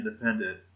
independent